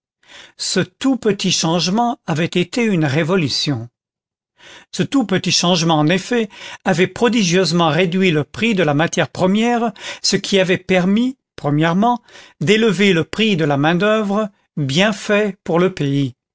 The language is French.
ce tout petit changement avait été une révolution ce tout petit changement en effet avait prodigieusement réduit le prix de la matière première ce qui avait permis premièrement d'élever le prix de la main-d'oeuvre bienfait pour le pays